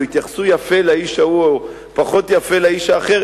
או התייחסו יפה לאיש ההוא או פחות יפה לאיש האחר,